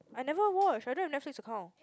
I never watch I don't have Netflix account